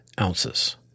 ounces